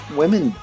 women